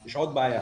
יש עוד בעיה,